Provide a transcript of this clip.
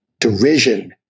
derision